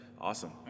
Awesome